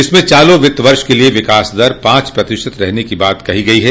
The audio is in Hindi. इसमें चालू वित्त वर्ष के लिए विकास दर पांच प्रतिशत रहने की बात कही गई है